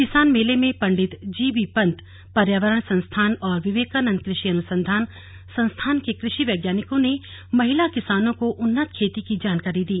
किसान मेले में पंडित जीबी पंत पर्यावरण संस्थान और विवेकानंद कृषि अनुसंधान संस्थान के कृषि वैज्ञानिकों ने महिला किसानों को उन्नत खेती की जानकारी दी